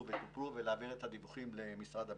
וטופלו ולהעביר את הדיווחים למשרד הבריאות,